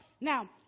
Now